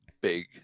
big